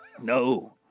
No